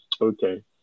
okay